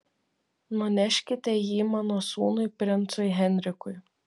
nuneškite jį mano sūnui princui henrikui